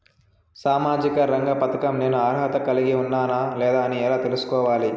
సామాజిక రంగ పథకం నేను అర్హత కలిగి ఉన్నానా లేదా అని ఎలా తెల్సుకోవాలి?